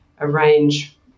arrange